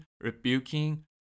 rebuking